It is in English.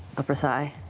up her thigh,